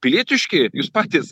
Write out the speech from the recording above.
pilietiški jūs patys